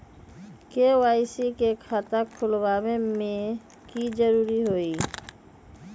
KYC के खाता खुलवा में की जरूरी होई?